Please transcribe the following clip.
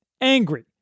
angry